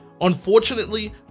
unfortunately